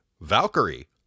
Valkyrie